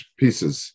pieces